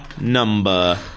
number